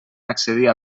accedir